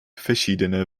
verschiedene